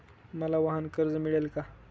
मला वाहनकर्ज मिळेल का?